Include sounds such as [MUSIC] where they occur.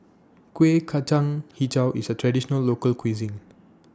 Kuih Kacang Hijau IS A Traditional Local Cuisine [NOISE]